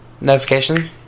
notification